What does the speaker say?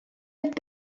have